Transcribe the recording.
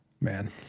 man